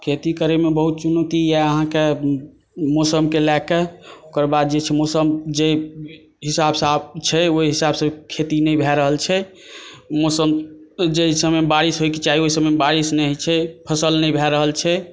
खेती करैमे बहुत चुनौती यऽ अहाँकेँ मौसमके लए कऽ ओकर बाद जे छै मौसम जे हिसाबसँ छै ओहि हिसाबसँ खेती नहि भए रहल छै मौसम जाहि समयमे बारिश होइके चाही ओहि समयमे बारिश नहि होइ छै फसल नहि भए रहल छै